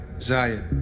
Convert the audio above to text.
Zaya